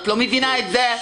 את לא מבינה את זה?